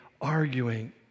arguing